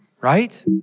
Right